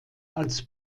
als